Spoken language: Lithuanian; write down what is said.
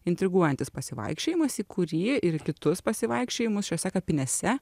intriguojantis pasivaikščiojimas į kurį ir kitus pasivaikščiojimus šiose kapinėse